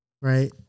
right